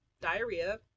diarrhea